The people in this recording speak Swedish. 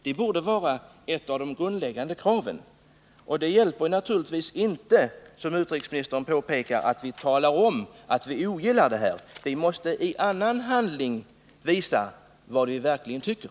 Det borde vara ett av de grundläggande kraven, och det hjälper naturligtvis inte, som utrikesministern påpekar, att tala om att vi ogillar det här landets agerande. Vi måste i annan handling visa vad vi verkligen tycker.